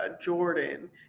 Jordan